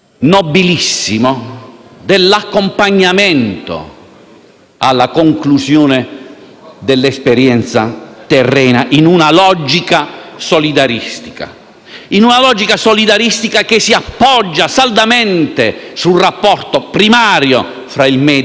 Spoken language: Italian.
in una logica solidaristica, che si appoggia saldamente sul rapporto primario tra il medico e il paziente, nel quale il medico non può rinunciare ai principi della sua autonomia, della sua responsabilità etica e operativa,